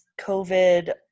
COVID